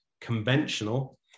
conventional